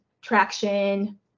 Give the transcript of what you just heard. traction